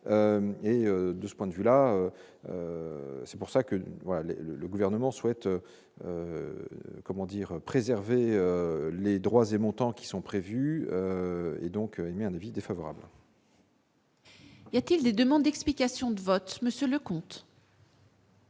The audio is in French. et de ce point de vue-là, c'est pour ça que le gouvernement souhaite, comment dire, préserver les droits et montants qui sont prévues et donc émis un avis défavorable. Y a-t-il des demandes d'explications de vote, monsieur le Leconte.